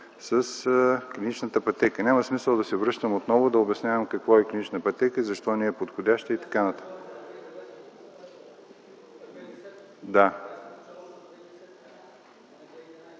с клиничната пътека. Няма смисъл да се връщам отново и да обяснявам какво е клинична пътека и защо не е подходяща и т.н.